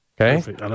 okay